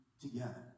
together